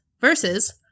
versus